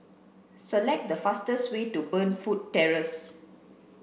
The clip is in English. select the fastest way to Burnfoot Terrace